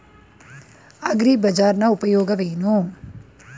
ಅಗ್ರಿಬಜಾರ್ ನ ಉಪಯೋಗವೇನು?